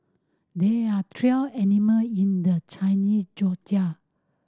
there are twelve animal in the Chinese Zodiac